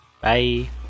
Bye